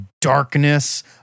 darkness